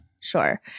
sure